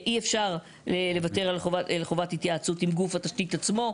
אי אפשר לוותר על חובת התייעצות עם גוף התשתית עצמו.